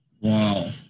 Wow